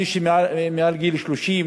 מי שמעל גיל 30,